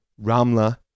Ramla